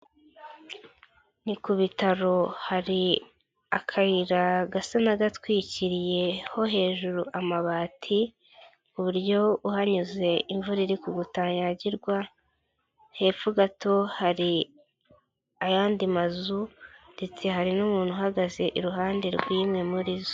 Ni kutaro hari akayira gasa nk'agatwikiriyeho hejuru amabati, ku buryo uhanyuze imvura iri kugwa utanyagirwa, hepfo gato hari ayandi mazu ndetse hari n'umuntu uhagaze iruhande rw'imwe muri zo.